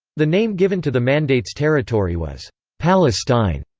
the name given to the mandate's territory was palestine,